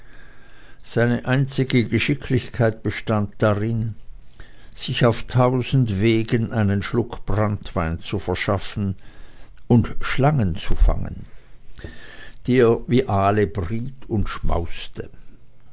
seine einzige geschicklichkeit bestand darin sich auf tausend wegen einen schluck branntwein zu verschaffen und schlangen zu fangen die er wie aale briet und schmauste